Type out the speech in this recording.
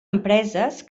empreses